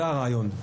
זה הרעיון.